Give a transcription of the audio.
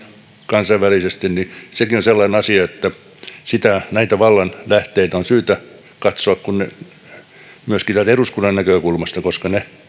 kansainvälisesti sekin on sellainen asia että näitä vallan lähteitä on syytä katsoa myöskin täältä eduskunnan näkökulmasta koska ne